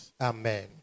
Amen